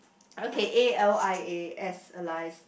okay A L I A S alias